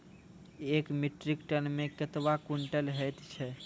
एक metric ton मे कतवा क्वींटल हैत छै?